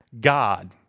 God